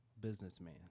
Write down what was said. businessman